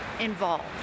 Involved